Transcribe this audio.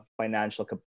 financial